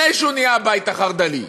לפני שהוא נהיה הבית החרד"לי.